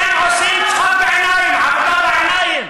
אתם עושים צחוק בעיניים, עבודה בעיניים.